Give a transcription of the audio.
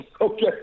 Okay